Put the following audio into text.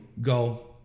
go